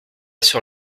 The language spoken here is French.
sur